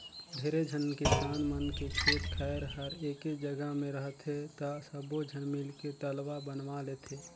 ढेरे झन किसान मन के खेत खायर हर एके जघा मे रहथे त सब्बो झन मिलके तलवा बनवा लेथें